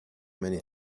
many